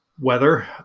weather